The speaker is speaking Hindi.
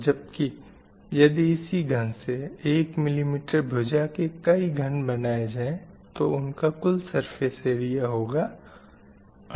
जबकि यदि इसी घन से 1mm भुजा के कई घन बनाए जाएँ तो उनका कुल surface area होगा 48